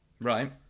Right